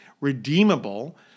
redeemable